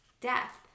death